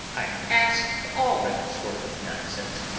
i'm past all that sort of nonsense.